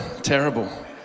terrible